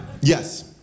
Yes